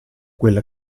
quella